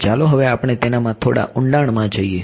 તો ચાલો હવે આપણે તેનામાં થોડા ઊંડાણ મા જઈએ